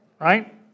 right